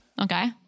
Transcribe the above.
Okay